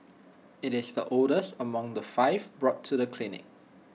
IT is the oldest among the five brought to the clinic